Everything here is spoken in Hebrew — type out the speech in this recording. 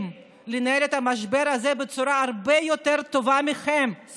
לנהל את המשבר הזה בצורה הרבה יותר טובה מכם,